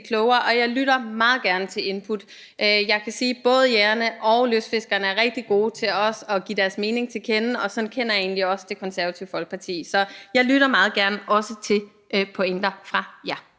klogere, og jeg lytter meget gerne til input. Jeg kan sige, at både jægerne og lystfiskerne også er rigtig gode til at give deres mening til kende, og sådan kender jeg egentlig også Det Konservative Folkeparti. Så jeg lytter meget gerne også til pointer fra jer.